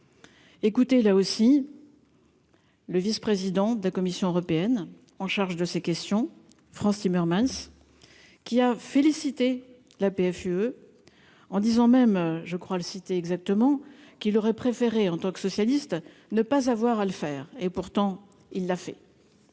climat-écoutez là aussi. Le vice-président de la Commission européenne en charge de ces questions, Frans Timmermans, qui a félicité la PFUE en disant même je crois le citer exactement qu'il aurait préféré en tant que socialiste, ne pas avoir à le faire, et pourtant il l'a fait.